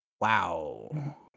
wow